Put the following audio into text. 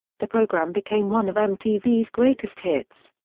the program became one of mtv's greatest hits.